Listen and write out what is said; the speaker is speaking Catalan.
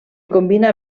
combina